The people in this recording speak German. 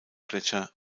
gletscher